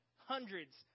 hundreds